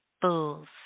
Fool's